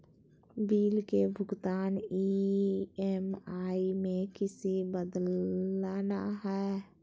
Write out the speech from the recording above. Bill के भुगतान EMI में किसी बदलना है?